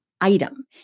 item